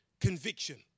conviction